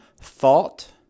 thought